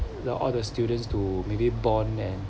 while all the students to really bond and